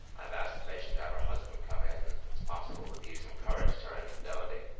i've asked the patient to have her husband come in. it's possible that he's encouraged her infidelity,